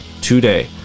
today